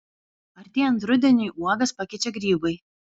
artėjant rudeniui uogas pakeičia grybai